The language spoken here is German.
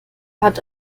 hat